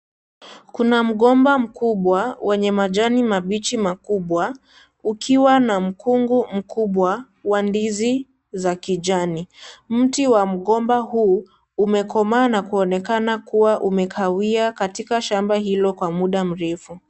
Kuna mgomba mkubwa, wenye majani mabichi makubwa, ukiwa na mkungu mkubwa, wa ndizi za kijani. Mti wa mgomba huu, umekomaa na kuonekana kuwa umekawia katika shamba hilo kwa mda mrefu.